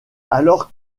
alors